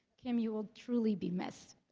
kim you will truly be missed